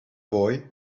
boy